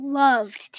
loved